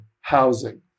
housing